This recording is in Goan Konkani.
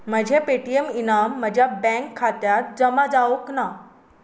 म्हजें पेटीएम इनाम म्हज्या बँक खात्यांत जमा जावूंक ना